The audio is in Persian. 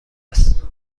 است